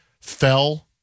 fell